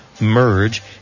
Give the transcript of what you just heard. merge